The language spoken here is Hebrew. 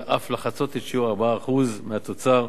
ואף לחצות את שיעור ה-4% מהתוצר,